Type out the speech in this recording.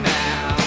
now